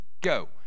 go